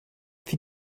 wie